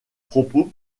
propos